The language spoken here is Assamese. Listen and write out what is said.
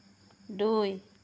দুই